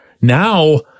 Now